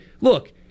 look